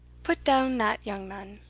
put down that, young man.